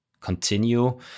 continue